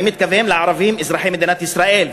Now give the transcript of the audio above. אני מתכוון לערבים אזרחי מדינת ישראל.